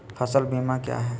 फ़सल बीमा क्या है?